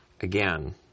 Again